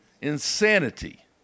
Insanity